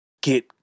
get